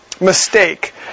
mistake